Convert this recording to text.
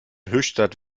höchstadt